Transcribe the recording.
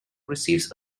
receives